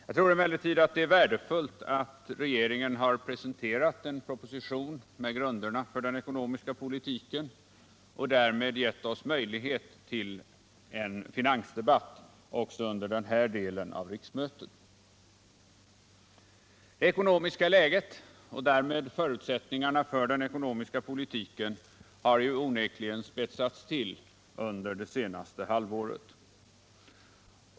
Jag tror emellertid att det är värdefullt att regeringen har presenterat en proposition med grunderna för den ekonomiska politiken och därmed gett oss möjlighet till en finansdebatt också under den här delen av riksmötet. Det ekonomiska läget och därmed förutsättningarna för den ekonomiska politiken har ju onekligen spetsats till under det senaste halvåret.